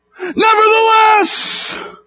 Nevertheless